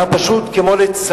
אנחנו פשוט מתנהגים כמו ליצנים.